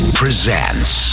presents